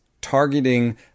targeting